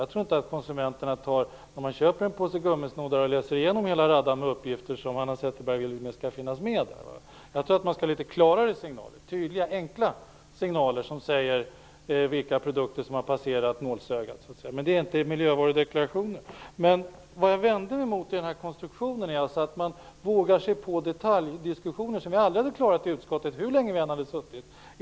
Jag tror inte att konsumenter som köper en påse gummisnoddar läser igenom hela raden av uppgifter som Hanna Zetterberg vill skall finnas med. Jag tror att man skall ha klarare, tydligare och enklare signaler som säger vilka produkter som har passerat nålsögat. Det gör inte miljövarudeklarationen. Vad jag vänder mig mot i den här konstruktionen är att man vågar sig på detaljdiskussioner om problem som vi aldrig hade klarat i utskottet hur länge vi än hade suttit.